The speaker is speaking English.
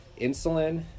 insulin